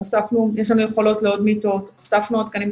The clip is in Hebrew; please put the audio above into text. יש לנו יכולות לעוד מיטות, הוספנו עוד תקנים.